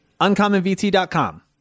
UncommonVT.com